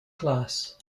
class